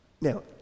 Now